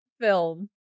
film